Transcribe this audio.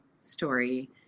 story